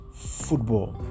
Football